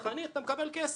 אתה חניך אתה מקבל כסף.